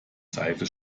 seife